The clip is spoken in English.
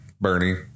Bernie